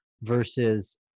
versus